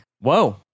Whoa